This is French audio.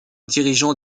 dirigeants